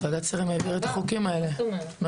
ועדת חוקים העבירה את החוקים האלה, מה זאת אומרת?